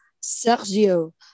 Sergio